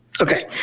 Okay